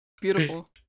Beautiful